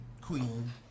queen